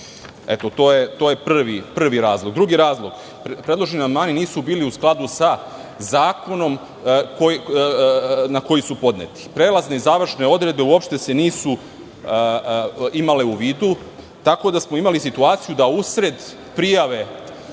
NB. To je prvi razlog. Drugi razlog. Predloženi amandmani nisu bili u skladu sa zakonom na koji su podneti. Prelazne i završne odredbe uopšte se nisu imale u vidu. Imali smo situaciju da usred podnošenja